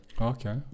Okay